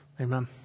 Amen